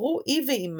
עברו היא ואמה